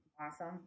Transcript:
Awesome